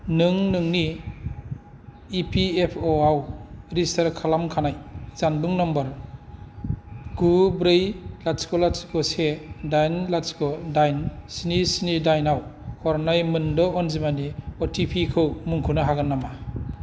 नों नोंनि इपिएफअ' आव रेजिस्टार खालामखानाय जानबुं नम्बर गु ब्रै लाथिख' लाथिख' से दाइन लाथिख' दाइन स्नि स्नि दाइन आव हरनाय मोन द' अनजिमानि अटिपि खौ मुंख'नो हागोन नामा